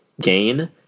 gain